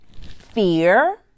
fear